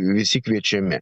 visi kviečiami